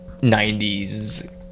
90s